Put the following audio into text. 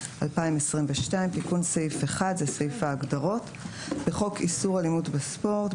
התשפ"ב-2022 תיקון סעיף 1 1. בחוק איסור אלימות בספורט,